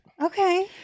Okay